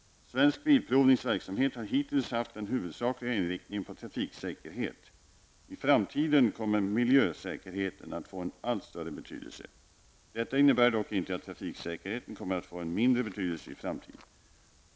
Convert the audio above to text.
Svensk Bilprovnings verksamhet har hittills haft den huvudsakliga inriktningen på trafiksäkerhet, i framtiden kommer miljösäkerheten att få en allt större betydelse. Detta innebär dock inte att trafiksäkerheten kommer att få en mindre betydelse i framtiden.